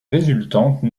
résultante